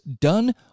done